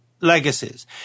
legacies